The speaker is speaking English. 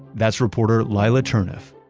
that's reporter lila cherneff.